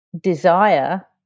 desire